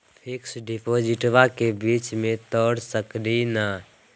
Fix डिपोजिटबा के बीच में तोड़ सकी ना?